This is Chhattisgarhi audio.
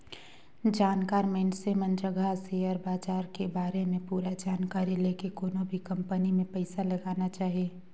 जानकार मइनसे मन जघा सेयर बाजार के बारे में पूरा जानकारी लेके कोनो भी कंपनी मे पइसा लगाना चाही